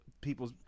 people's